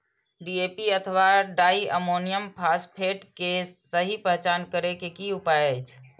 DAP अथवा diammonium phosphate के सहि पहचान करे के कि उपाय अछि?